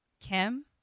Kim